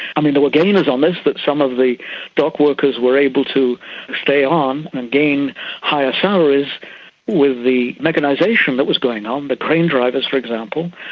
i mean, there were gainers on this, that some of the dock workers were able to stay on and gain higher salaries with the mechanisation that was going on. the crane drivers, for example,